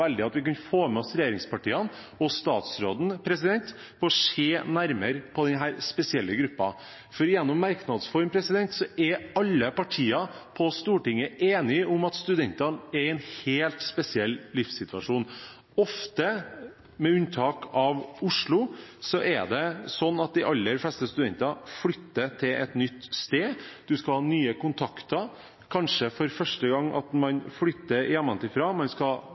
veldig at vi kunne få med oss regjeringspartiene og statsråden for å se nærmere på denne spesielle gruppen, for i merknads form er alle partiene på Stortinget enige om at studentene er i en helt spesiell livssituasjon. Med unntak av Oslo er det ofte sånn at de aller fleste studenter flytter til et nytt sted. Man skal få nye kontakter, kanskje det er første gang man flytter hjemmefra. Man skal